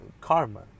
karma